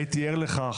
הייתי ער לכך,